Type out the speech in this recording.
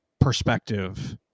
perspective